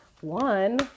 one